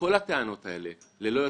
כשהתחלתי ללמוד,